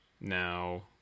Now